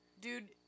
dude